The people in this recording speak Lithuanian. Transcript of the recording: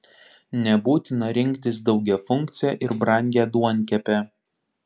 nebūtina rinktis daugiafunkcę ir brangią duonkepę